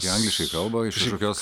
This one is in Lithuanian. jie angliškai kalba iš kažkokios